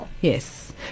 yes